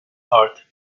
heart